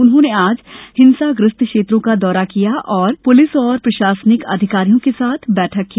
उन्होंने आज हिंसाग्रस्त क्षेत्रों का दौरा किया तथा पुलिस और प्रशासनिक अधिकारियों के साथ बैठक की